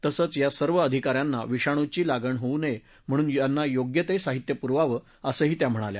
तसंच या सर्व अधिकाऱ्यांना विषाणुची लागण होऊ नये म्हणून त्यांना योग्य ते साहित्य पुरवावं असंही त्या म्हणाल्या